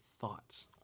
thoughts